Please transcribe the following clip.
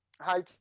Hi